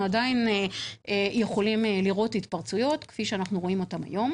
הן קודם כל למנוע.